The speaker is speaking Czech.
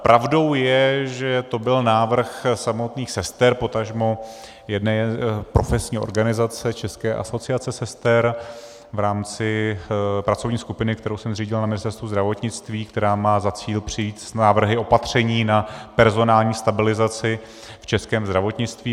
Pravdou je, že to byl návrh samotných sester, potažmo jedné profesní organizace, České asociace sester, v rámci pracovní skupiny, kterou jsem zřídil na Ministerstvu zdravotnictví, která má za cíl přijít s návrhy opatření na personální stabilizaci v českém zdravotnictví.